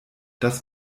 das